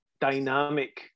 dynamic